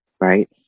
right